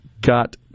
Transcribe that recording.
got